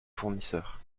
fournisseurs